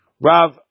Rav